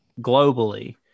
globally